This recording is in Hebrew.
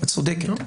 את צודקת.